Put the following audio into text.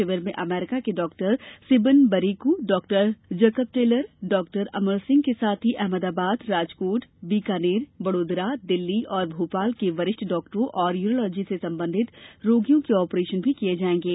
शिविर में अमेरिका के डॉक्टर सिबन बरीकू doctor Jacob Taylor doctor Amar Singh के साथ ही अहमदाबाद राजकोट बाकानेर बड़ोदरा दिल्ली और भोपाल के वरिष्ठ चिकित्सकों द्वारा यूरोलॉजी से संबंधित रोगियों के ऑपरेशन भी किये जाएंगे